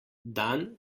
dan